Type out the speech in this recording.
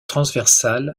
transversale